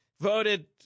voted